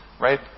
right